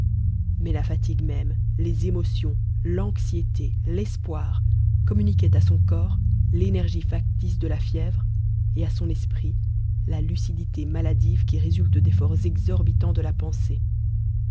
mais la fatigue même les émotions l'anxiété l'espoir communiquaient à son corps l'énergie factice de la fièvre et à son esprit la lucidité maladive qui résulte d'efforts exorbitants de la pensée